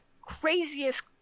craziest